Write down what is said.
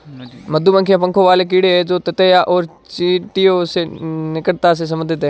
मधुमक्खियां पंखों वाले कीड़े हैं जो ततैया और चींटियों से निकटता से संबंधित हैं